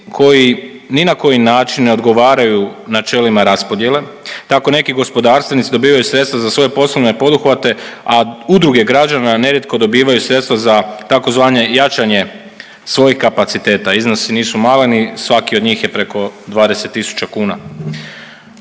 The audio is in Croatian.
koji ni na koji način ne odgovaraju načelima raspodjele, tako neki gospodarstvenici dobivaju sredstva za svoje poslovne poduhvate, a udruge građana nerijetko dobivaju sredstva za tzv. jačanje svojih kapaciteta. Iznosi nisu maleni, svaki od njih je preko 20.000 kuna.